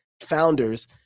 Founders